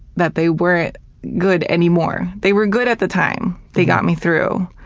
that they weren't good anymore. they were good at the time they got me through,